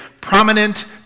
prominent